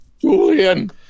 Julian